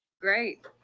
great